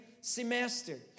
semester